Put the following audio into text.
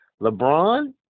LeBron